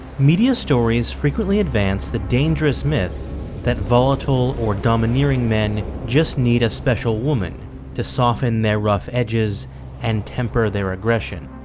media stories frequently advance the dangerous myth that volatile or domineering men just need a special woman to soften their rough edges and temper their aggression